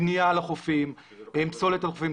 בנייה על החופים ופסולת על החופית.